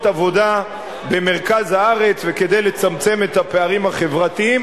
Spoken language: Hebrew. עבודה במרכז הארץ וכדי לצמצם את הפערים החברתיים,